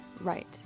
right